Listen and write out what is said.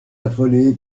affolée